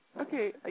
Okay